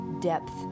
depth